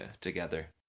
together